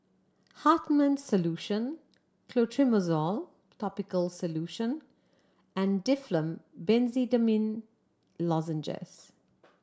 Hartman's Solution Clotrimozole Topical Solution and Difflam Benzydamine Lozenges